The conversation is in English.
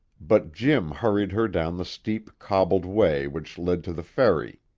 but jim hurried her down the steep, cobbled way which led to the ferry.